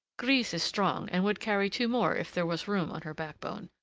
grise is strong, and would carry two more if there was room on her backbone.